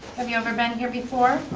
have you ever been here before?